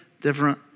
different